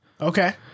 Okay